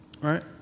Right